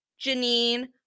Janine